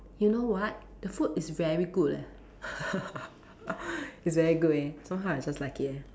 you know what the food is very good leh it's very good leh somehow I just like it leh